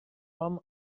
nom